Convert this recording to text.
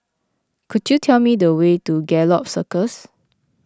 could you tell me the way to Gallop Circus